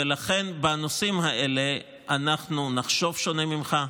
ולכן בנושאים האלה אנחנו נחשוב שונה ממך,